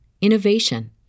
innovation